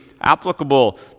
applicable